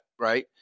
right